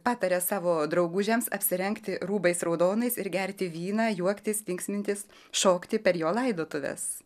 pataria savo draugužiams apsirengti rūbais raudonais ir gerti vyną juoktis linksmintis šokti per jo laidotuves